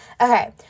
okay